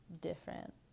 different